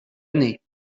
année